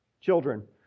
Children